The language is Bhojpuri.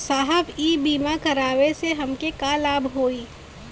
साहब इ बीमा करावे से हमके का लाभ होई?